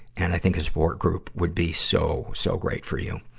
and i think a support group would be so, so great for you.